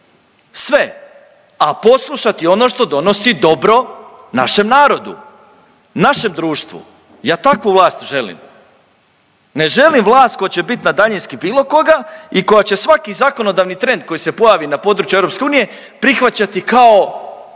sve a poslušati ono što donosi dobro našem narodu, našem društvu. Ja takvu vlast želim. Ne želim vlast koja će biti na daljinski bilo koga i koja će svaki zakonodavni trend koji se pojavi na području EU prihvaćati kao